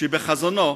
שבחזונו